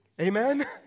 Amen